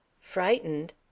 Frightened